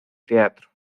teatro